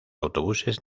autobuses